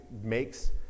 makes